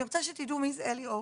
אני רוצה שתדעו מי זה אלי אורן.